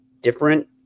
different